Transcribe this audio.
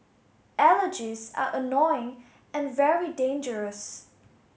allergies are annoying and very dangerous